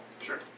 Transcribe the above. Sure